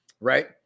right